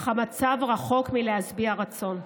אך המצב רחוק מלהשביע רצון.